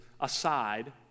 aside